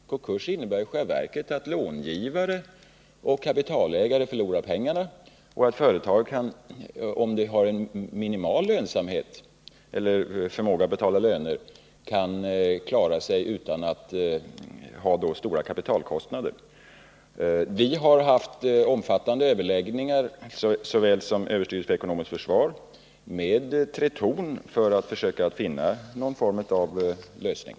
En konkurs innebär ju i själva verket att långivare och kapitalägare förlorar pengarna och att företaget, om det har minimal lönsamhet eller förmåga att betala löner, kan klara sig utan stora kapitalkostnader. Vi har haft omfattande överläggningar såväl med överstyrelsen för ekonomiskt försvar som med Tretorn för att försöka finna någon form av lösning.